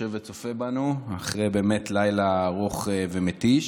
שיושב וצופה בנו אחרי באמת לילה ארוך ומתיש.